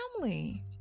family